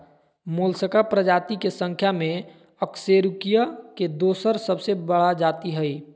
Mollusca प्रजाति के संख्या में अकशेरूकीय के दोसर सबसे बड़ा जाति हइ